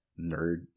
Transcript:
nerd